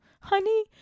honey